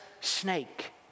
snake